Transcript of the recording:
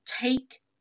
take